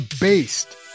based